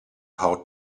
how